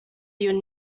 your